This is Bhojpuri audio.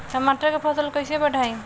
टमाटर के फ़सल कैसे बढ़ाई?